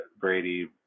Brady